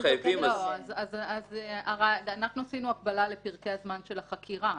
אם אתם חייבים שנה --- עשינו הקבלה לפרקי הזמן של החקירה,